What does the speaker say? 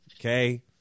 Okay